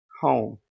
home